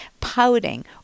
pouting